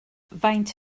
faint